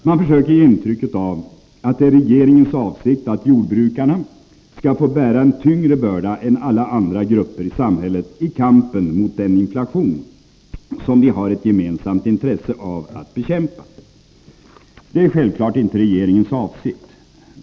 Man försöker ge intryck av att det är regeringens avsikt att jordbrukarna skall få bära en tyngre börda än alla andra grupper i samhället. I kampen mot den inflation som vi har ett gemensamt intresse av att bekämpa. Det är självfallet inte regeringens avsikt.